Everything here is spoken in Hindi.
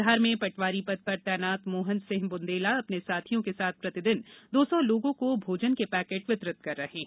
धार में पटवारी पद पर तैनात मोहन सिंह बुंदेला अपने साथियों के साथ प्रतिदिन दो सौ लोगों को भोजन के पैकेट वितरित कर रहे हैं